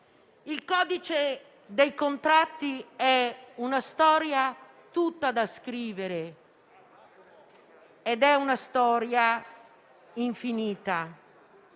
del codice dei contratti è una storia tutta da scrivere ed è una storia infinita.